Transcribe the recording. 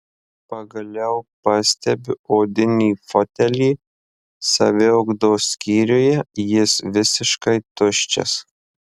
pagaliau pastebiu odinį fotelį saviugdos skyriuje jis visiškai tuščias